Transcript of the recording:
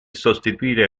sostituire